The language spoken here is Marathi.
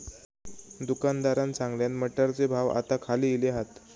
दुकानदारान सांगल्यान, मटारचे भाव आता खाली इले हात